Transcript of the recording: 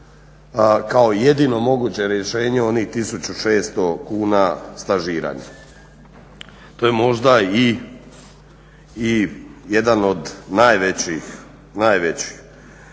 kao jedino moguće rješenje onih 1600 kuna stažiranja. To je možda i jedan od najvećih. Već